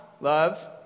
love